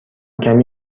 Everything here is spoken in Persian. کمی